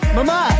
Mama